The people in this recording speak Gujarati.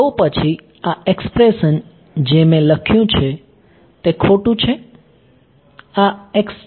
તો પછી આ એક્સપ્રેશન જે મેં લખ્યું છે તે ખોટું છે આ x છે